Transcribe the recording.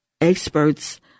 experts